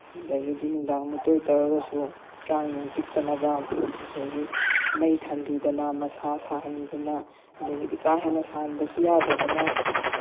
ꯑꯗꯒꯤꯗꯤ ꯅꯨꯡꯗꯥꯡꯃꯛꯇꯕꯨ ꯑꯣꯏꯇꯔꯒꯁꯨ ꯀꯥꯡ ꯅꯨꯡ ꯆꯤꯛꯇꯅꯕ ꯑꯗꯒꯤ ꯃꯩ ꯊꯥꯟꯕꯤꯗꯅ ꯃꯁꯥ ꯁꯥꯍꯟꯗꯅ ꯑꯗꯒꯤꯗꯤ ꯀꯥ ꯍꯦꯟꯅ ꯁꯥꯍꯟꯕꯁꯨ ꯌꯥꯗꯕꯅ